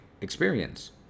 experience